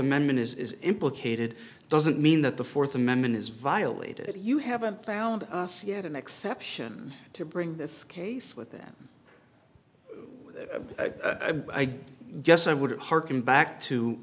amendment is implicated doesn't mean that the fourth amendment is violated you haven't found us yet an exception to bring this case with that i guess i would hearken back to